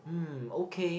hmm okay